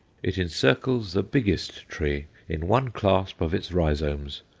it encircles the biggest tree in one clasp of its rhizomes,